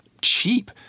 cheap